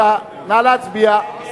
בל"ד רע"ם-תע"ל חד"ש להביע אי-אמון